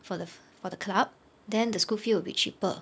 for the fo~ for the club then the school fee will be cheaper